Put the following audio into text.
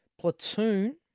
Platoon